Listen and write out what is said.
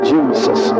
Jesus